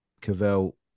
Cavell